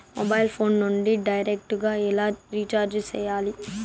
mobile phone నుండి direct గా ఎలా రీచార్జి సేయాలి